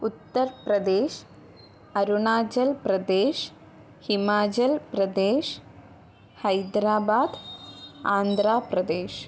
Uttar Pradesh Arunachal Pradesh Himachal Pradesh Hyderabad Andhra Pradesh